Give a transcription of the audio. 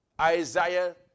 Isaiah